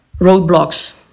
roadblocks